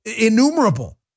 innumerable